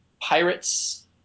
Pirates